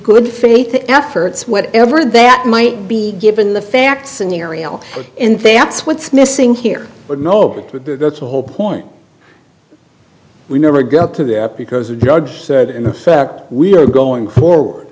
good faith efforts whatever that might be given the fact scenario in vamps what's missing here but nobody with the whole point we never got to that because the judge said in effect we are going forward